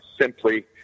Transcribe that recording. simply